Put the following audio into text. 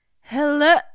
Hello